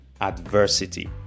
adversity